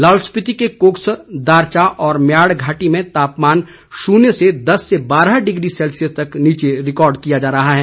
लाहौल स्पीति के कोकसर दारचा और म्याड़ घाटी में तापमान शून्य से दस से बारह डिग्री सेल्सियस तक नीचे रिकॉर्ड किया जा रहा है